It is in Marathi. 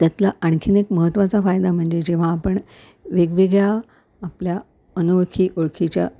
त्यातला आणखीन एक महत्त्वाचा फायदा म्हणजे जेव्हा आपण वेगवेगळ्या आपल्या अनोळखी ओळखीच्या